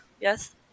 yes